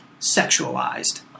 sexualized